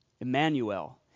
Emmanuel